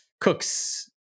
Cooks